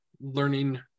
learning